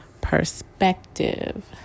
Perspective